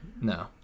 no